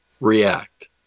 react